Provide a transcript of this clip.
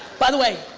by the way,